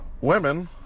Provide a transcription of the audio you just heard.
Women